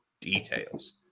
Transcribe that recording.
details